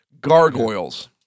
Gargoyles